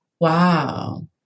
Wow